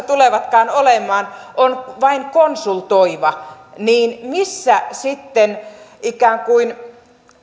tulevatkaan olemaan on vain konsultoiva niin missä sitten ikään kuin